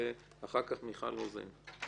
ואחר כך מיכל רוזין.